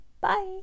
Bye